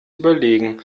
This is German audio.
überlegen